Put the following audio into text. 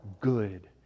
good